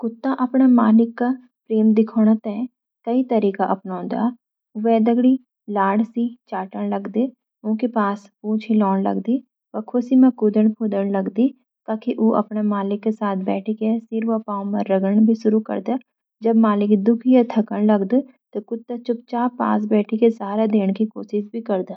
कुत्ता अपने मालिक का प्रति प्रेम दिखौण के लां कई तरीके अपनौंदा। उ वेळ-वेळ तिमलि लाड़ से चाटण लगन, उनके पास आके पूंछ हिलौण लगन, वा खुशी से कूदण-फांदण लगन। कखि-कखि उ अपने मालिक का साथ बठिके, सिर वा पांव में रगड़णा भी सुरू करदा। जब मालिक दुखी या थकण लगदा, त कुत्ता चुपचाप पास बठिके सहारा देवण का कोशिश करदा। ये सब सुणके अंदाज लागदा कि कुत्ता अपन मालिक का प्रति बड्ड प्रेम और बफादारी दिखौंदा।